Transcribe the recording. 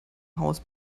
haus